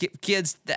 kids